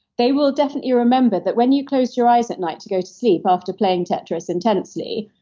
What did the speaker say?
they will definitely remember that when you close your eyes at night to go to sleep after playing tetras intensely,